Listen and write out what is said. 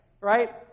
right